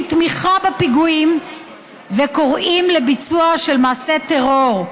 תמיכה בפיגועים וקוראים לביצוע של מעשה טרור,